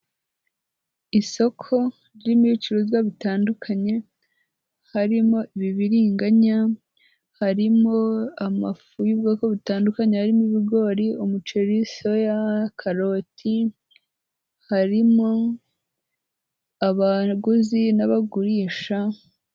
Isoko ririmo ibicuruzwa bitandukanye harimo ibibiriganya, harimo amafu y'ubwoko butandukanye, harimo ibigori, umuceri, soya, karoti, harimo abaguzi n'abagurisha.